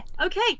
okay